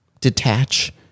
detach